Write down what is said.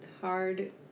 hard